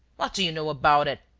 what do you know about it?